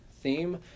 theme